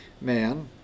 man